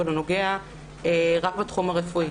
אבל הוא נוגע רק בתחום הרפואי,